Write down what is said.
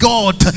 God